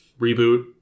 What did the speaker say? reboot